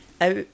out